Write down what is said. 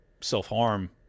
self-harm